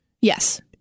yes